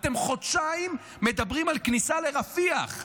אתם חודשיים מדברים על כניסה לרפיח.